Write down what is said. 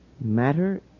Matter